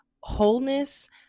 wholeness